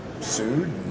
sued